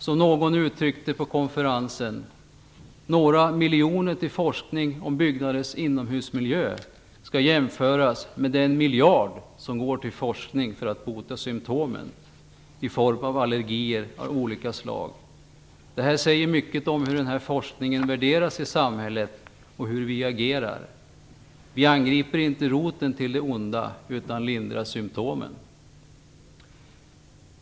Som någon uttryckte det under konferensen: Några miljoner till forskning om byggnaders inomhusmiljöer skall jämföras med den miljard som går till forskning om hur man botar symtomen i form av allergier av olika slag. Detta säger mycket om hur denna forskning värderas i samhället och hur vi agerar. Vi angriper inte roten till det onda, utan vi lindrar symtomen.